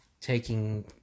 taking